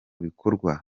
bikorwa